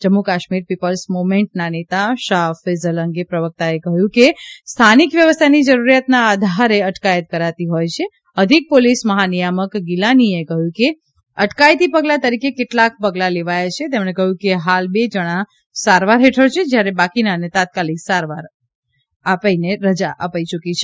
Jammu Kashmir people's મુવમેન્ટના નેતા શાહ ફેઝલ અંગે પ્રવક્તાએ કહ્યું કે સ્થાનિક વ્યવસ્થાની જરૂરતના આધારે અટકાયત કરાતી હોય છે અધિક પોલીસ મહાનિયામક ગીલાનીએ કહ્યું કે અટકાયતી પગલાં તરીકે કેટલાંક પગલાં લેવાયા છે તેમણે કહ્યું કે હાલ બે જણ સારવાર હેઠળ છે જ્યારે બાકીનાને તાત્કાલીક સારવાર આપી રજા અપાઇ છે